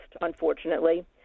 unfortunately